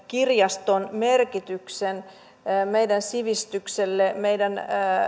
kirjaston merkityksen suomalaiselle yhteiskunnalle meidän sivistykselle meidän